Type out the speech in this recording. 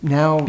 now